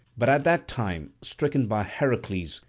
but at that time, stricken by heracles,